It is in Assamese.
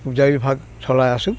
পূজাৰী ভাগ চলাই আছোঁ